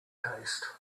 taste